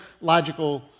logical